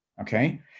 Okay